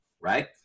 right